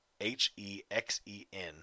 H-E-X-E-N